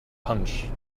punch